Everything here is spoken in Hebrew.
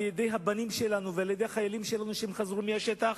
על-ידי הבנים שלנו ועל-ידי החיילים שלנו שחזרו מהשטח,